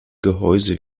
gehäuse